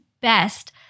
best